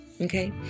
Okay